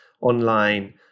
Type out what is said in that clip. online